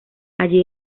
allí